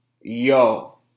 yo